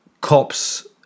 cops